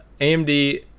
AMD